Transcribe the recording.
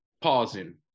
pausing